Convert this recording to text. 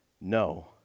no